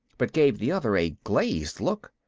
but gave the other a glazed look.